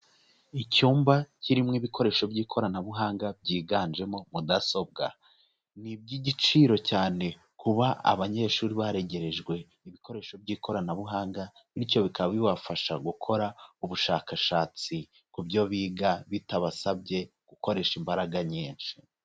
Icyumba kirimo ibikoresho by'ikoranabuhanga byiganjemo mudasobwa, ni iby'igiciro cyane kuba abanyeshuri baregerejwe ibikoresho by'ikoranabuhanga bityo bikaba bibafasha gukora ubushakashatsi ku byo biga, bitabasabye gukoresha imbaraga nyinshi.